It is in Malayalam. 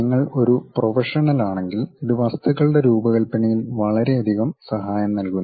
നിങ്ങൾ ഒരു പ്രൊഫഷണലാണെങ്കിൽ ഇത് വസ്തുക്കളുടെ രൂപകൽപ്പനയിൽ വളരെയധികം സഹായം നൽകുന്നു